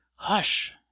hush